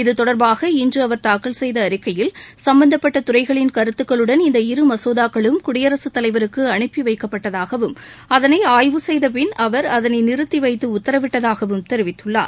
இதுதொடர்பாக இன்று அவர் தாக்கல் செய்த அறிக்கையில் சம்பந்தப்பட்ட துறைகளின் கருத்துக்களுடன் இந்த இரு மசோதாக்களும் குடியரசுத் தலைவருக்கு அனுப்பி வைக்கப்பட்டதாகவும் அதனை ஆய்வு செய்தபின் அவர் அதனை நிறுத்தி வைத்து உத்தரவிட்டதாகவும் தெரிவித்துள்ளார்